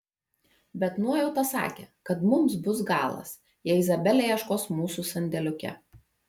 bet nuojauta sakė kad mums bus galas jei izabelė ieškos mūsų sandėliuke